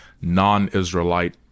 non-Israelite